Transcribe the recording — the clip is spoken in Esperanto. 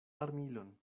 armilon